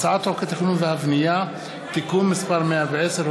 הצעת חוק התכנון והבנייה (תיקון מס' 110,